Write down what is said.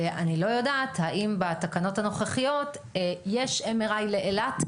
ואני לא יודעת האם בתקנות הנוכחיות יש MRI לאילת,